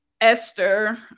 Esther